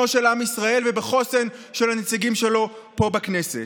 של עם ישראל ובחוסן של הנציגים שלו פה בכנסת.